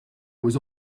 was